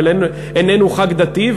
אבל איננו חג דתי.